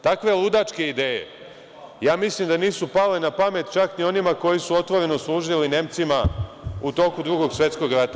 Takve ludačke ideje ja mislim da nisu pale na pamet čak ni onima koji su otvoreno služili Nemcima u toku Drugog svetskog rata.